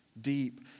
deep